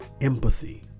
empathy